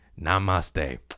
Namaste